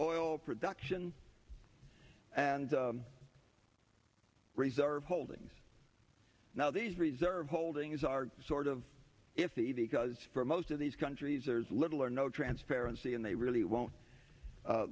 oil production and reserve holdings now these reserve holdings are sort of if the the cause for most of these countries are little or no transparency and they really won't